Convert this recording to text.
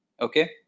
Okay